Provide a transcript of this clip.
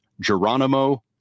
geronimo